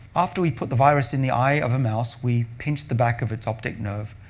after we put the virus in the eye of a mouse, we pinched the back of its optic nerve.